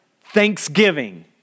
thanksgiving